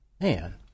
Man